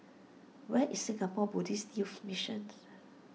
where is Singapore Buddhist Youth Missions